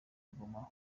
goma